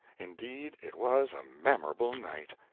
indeed it was a memorable night.